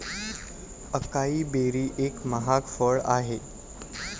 acai berry एक महाग फळ आहे